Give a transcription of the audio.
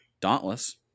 dauntless